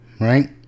Right